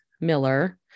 Miller